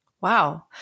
Wow